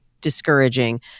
discouraging